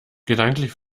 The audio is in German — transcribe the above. gedanklich